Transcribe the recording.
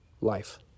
life